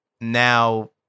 now